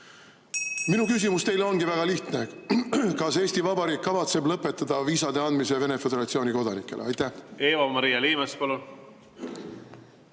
Minu küsimus teile ongi väga lihtne: kas Eesti Vabariik kavatseb lõpetada viisade andmise Venemaa Föderatsiooni kodanikele? Eva-Maria Liimets,